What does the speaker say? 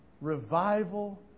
revival